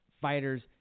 fighters